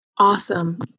Awesome